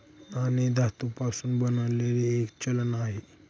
नाणे धातू पासून बनलेले एक चलन आहे